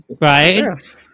Right